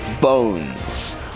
bones